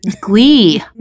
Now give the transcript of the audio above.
glee